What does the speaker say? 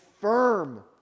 firm